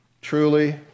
truly